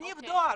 סניף דואר.